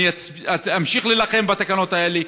ואני אמשיך להילחם בתקנות האלה.